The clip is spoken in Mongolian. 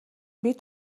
бид